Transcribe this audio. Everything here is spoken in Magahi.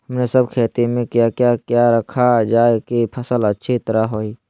हमने सब खेती में क्या क्या किया रखा जाए की फसल अच्छी तरह होई?